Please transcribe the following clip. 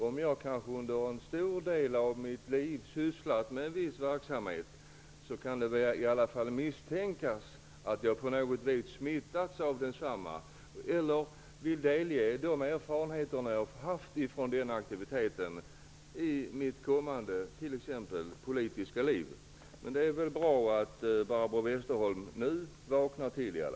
Om jag under en stor del av mitt liv sysslat med en viss verksamhet kan det nämligen i varje fall misstänkas att jag på något sätt smittats av densamma eller att jag vill delge andra de erfarenheter jag fått av den aktiviteten, t.ex. i mitt kommande politiska liv. Det är bra att Barbro Westerholm vaknar till nu.